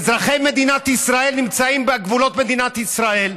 אזרחי מדינת ישראל נמצאים בגבולות מדינת ישראל,